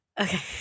Okay